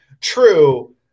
True